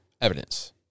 evidence